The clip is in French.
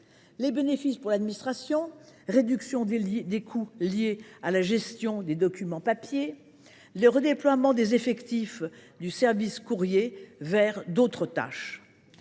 quant à elle, vise une réduction des coûts liés à la gestion des documents papier, le redéploiement des effectifs du service courrier vers d’autres tâches